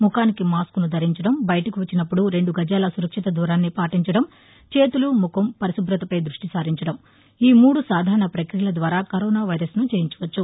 ముఖానికి మాస్కును ధరించడం బయటకు వచ్చినప్పుడు రెండు గజాల సురక్షిత దూరాన్ని పాటించడం చేతులు ముఖం పరిశుభ్రతపై దృష్టి సారించడంఈ మూడు సాధారణ ప్రక్రియల ద్వారా కరోనా వైరస్ను జయించవచ్చు